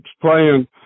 playing